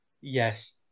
Yes